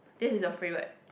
this is your favourite